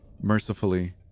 Mercifully